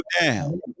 down